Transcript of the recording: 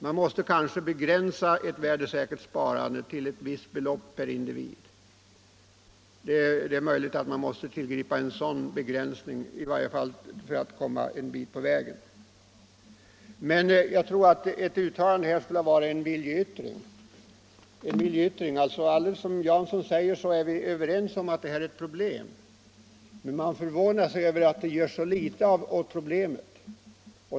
Man måste kanske begränsa ett värdesäkert sparande till ett visst belopp per individ; det är möjligt att en sådan begränsning måste tillgripas för att vi i varje fall skall komma en bit på vägen. Som herr Jansson säger är vi överens om att det här är ett problem, men jag förvånar mig över att det görs så litet åt det problemet.